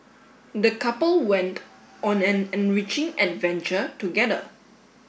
the couple went on an enriching adventure together